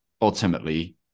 ultimately